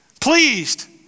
Pleased